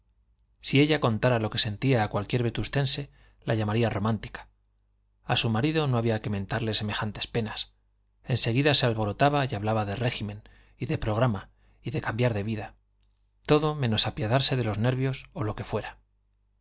si ella contara lo que sentía a cualquier vetustense la llamaría romántica a su marido no había que mentarle semejantes penas en seguida se alborotaba y hablaba de régimen y de programa y de cambiar de vida todo menos apiadarse de los nervios o lo que fuera